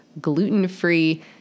gluten-free